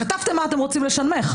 כתבתם מה אתם רוצים לשנמך,